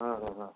ହଁ ହଁ ହଁ